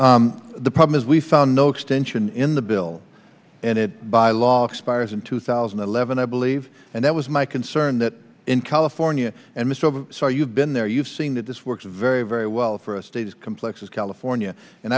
yes the problem is we found no extension in the bill and it by law expires in two thousand and eleven i believe and that was my concern that in california and mr so you've been there you've seen that this works very very well for a state as complex as california and